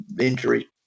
injury